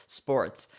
sports